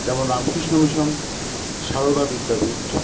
যেমন রামকৃষ্ণ মিশন সারদা বিদ্যাপীঠ